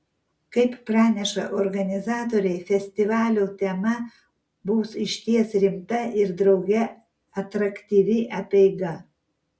kaip praneša organizatoriai festivalio tema bus išties rimta ir drauge atraktyvi apeiga